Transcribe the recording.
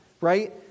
Right